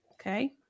Okay